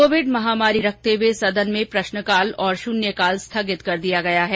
Covid महामारी को ध्यान में रखते हुये सदन में प्रश्नकाल और शून्यकाल स्थगित कर दिया गया है